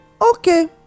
Okay